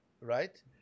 right